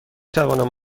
توانم